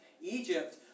Egypt